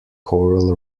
coral